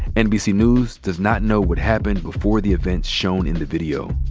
nbc news does not know what happened before the event shown in the video,